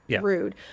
rude